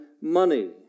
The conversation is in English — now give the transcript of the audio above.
money